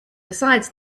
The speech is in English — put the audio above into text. besides